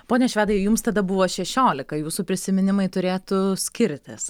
pone švedai jums tada buvo šešiolika jūsų prisiminimai turėtų skirtis